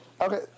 Okay